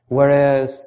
Whereas